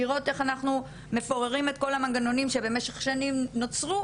לראות איך אנחנו מפוררים את כל המנגנונים שבמשך שנים נוצרו,